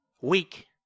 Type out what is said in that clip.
Weak